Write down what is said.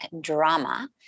drama